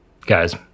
Guys